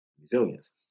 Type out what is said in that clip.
resilience